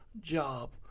job